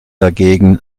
dagegen